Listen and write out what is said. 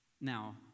Now